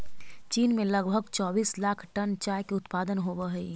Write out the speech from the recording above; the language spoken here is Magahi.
चीन में लगभग चौबीस लाख टन चाय के उत्पादन होवऽ हइ